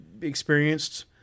experienced